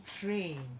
train